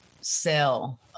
sell